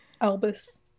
Albus